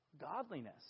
godliness